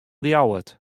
ljouwert